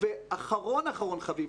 ואחרון אחרון חביב,